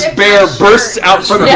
ah bear bursts out from yeah